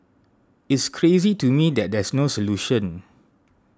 it's crazy to me that there's no solution